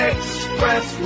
Express